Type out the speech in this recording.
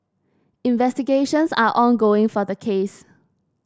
investigations are ongoing for the case